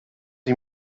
ich